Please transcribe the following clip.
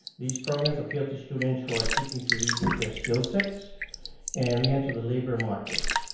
these programs appeal to students who are seeking to reboot their skill sets and re-enter the labor market.